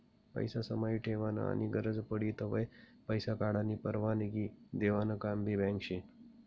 पैसा समाई ठेवानं आनी गरज पडी तव्हय पैसा काढानी परवानगी देवानं काम भी बँक शे